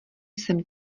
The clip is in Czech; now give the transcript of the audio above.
jsem